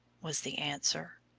was the answer.